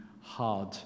hard